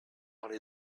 parlé